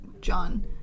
John